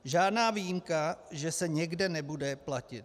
Žádná výjimka, že se někde nebude platit.